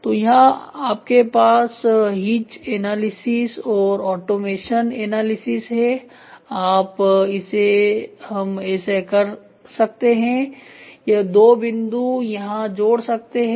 तो यहां आपके पास हीच एनालिसिस और ऑटोमेशन एनालिसिस है आप इसे हम ऐसे कर सकते हैं यह दो बिंदु यहां जोड़ सकते हैं